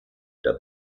der